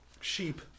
Sheep